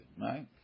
right